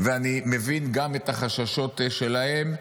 ואני מבין גם את החששות שלהם.